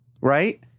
right